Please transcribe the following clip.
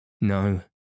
No